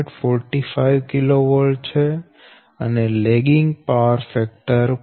45 kV છે અને lagging power factor 0